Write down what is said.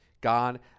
God